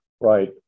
Right